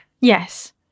Yes